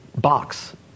box